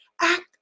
act